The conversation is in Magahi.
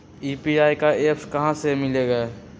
यू.पी.आई का एप्प कहा से मिलेला?